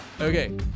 Okay